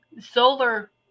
Solar